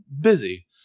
busy